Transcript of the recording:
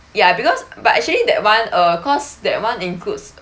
ya because but actually that one err cause that one includes